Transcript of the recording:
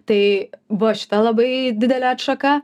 tai buvo šita labai didelė atšaka